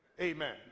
Amen